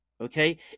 okay